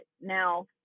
now